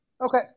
Okay